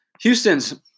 Houston's